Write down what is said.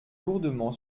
lourdement